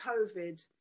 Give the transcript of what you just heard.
COVID